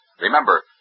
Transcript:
Remember